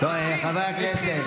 חברי הכנסת,